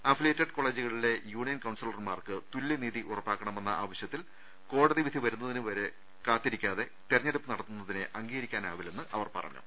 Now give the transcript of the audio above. affiliated കോളജുകളിലെ union കൌൺസിലർമാർക്ക് തുല്യനീതി ഉറപ്പാക്കണമെന്ന ആവശൃത്തിൽ കോടതി വിധി വരുന്നത് വരെ കാത്തിരിക്കാതെ തെരഞ്ഞെടുപ്പ് നടത്തുന്നതിനെ അംഗീകരിക്കാനാവില്ലെന്ന് അവർ പറഞ്ഞു